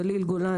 גליל וגולן,